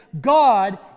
God